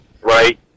right